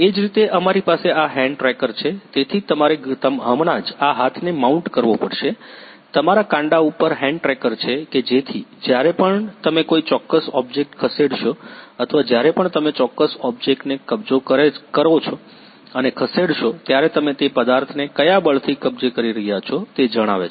એ જ રીતે અમારી પાસે આ હેન્ડ ટ્રેકર છે તેથી તમારે હમણાં જ આ હાથને માઉન્ટ કરવો પડશે તમારા કાંડા પર હેન્ડ ટ્રેકર છે કે જેથી જ્યારે પણ તમે કોઈ ચોક્કસ ઓબ્જેક્ટ ખસેડશો અથવા જ્યારે પણ તમે ચોક્કસ ઓબ્જેક્ટને કબજે કરો છો અને ખસેડશો ત્યારે તમે તે પદાર્થને કયા બળથી કબજે કરી રહ્યા છો તે જણાવે છે